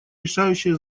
решающее